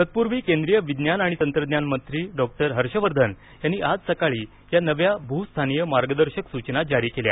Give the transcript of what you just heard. तत्पूर्वी केंद्रीय विज्ञान आणि तंत्रज्ञान मंत्री डॉक्टर हर्षवर्धन यांनी आज सकाळी या नव्या भूस्थानीय मार्गदर्शक सूचना जारी केल्या